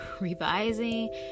revising